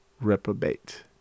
reprobate